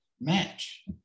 match